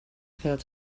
filled